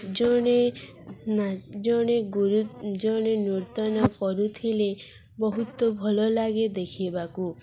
ଜଣେ ନା ଜଣେ ଗୁରୁ ଜଣେ ନୂର୍ତନ କରୁଥିଲେ ବହୁତ ଭଲ ଲାଗେ ଦେଖିବାକୁ